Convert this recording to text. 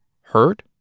Hurt